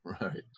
Right